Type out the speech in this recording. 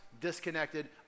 disconnected